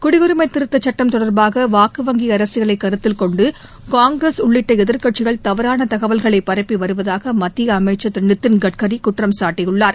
குடியுரிமை திருத்தச் சுட்டம் தொடர்பாக வாக்கு வங்கி அரசியலை கருத்தில் கொண்டு காங்கிரஸ் உள்ளிட்ட எதிர்க்கட்சிகள் தவறான தகவல்களை பரப்பி வருவதாக மத்திய அமைச்சர் திரு நிதின் கட்காரி குற்றம் சாட்டியுள்ளார்